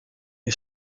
est